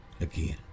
again